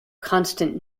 constant